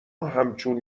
همچون